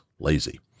lazy